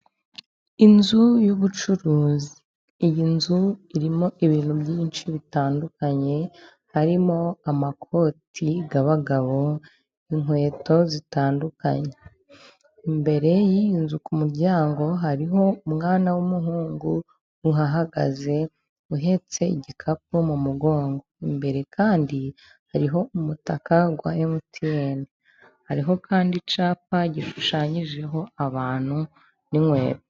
Inzu y'ubucuruzi. Iyi nzu irimo ibintu byinshi bitandukanye, harimo amakoti y'abagabo, inkweto zitandukanye. Imbere y'iyi nzu ku muryango hariho umwana w'umuhungu uhagaze uhetse igikapu mu mugongo, imbere kandi hariho umutaka wa MTN, hariho kandi icyapa gishushanyijeho abantu n'inkweto.